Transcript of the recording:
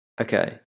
Okay